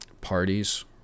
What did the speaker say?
parties